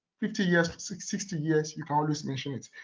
fifty years, sixty years, you can always mention it.